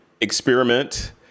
experiment